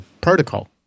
protocol